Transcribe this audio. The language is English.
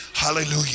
Hallelujah